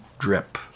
drip